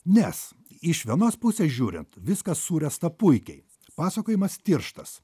nes iš vienos pusės žiūrint viskas suręsta puikiai pasakojimas tirštas